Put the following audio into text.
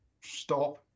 stop